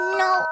no